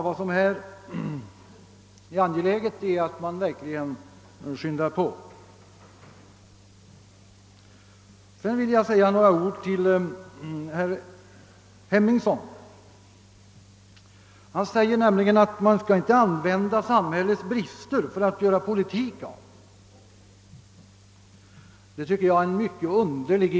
Vad som är angeläget är alltså att man verkligen skyndar på. Sedan vill jag säga några ord till herr Henningsson, som anser att man inte bör göra politik på bristerna i samhället. Jag tycker att hans inställning är mycket underlig.